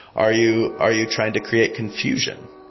are you are you trying to create confusion?